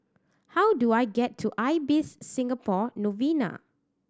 how do I get to Ibis Singapore Novena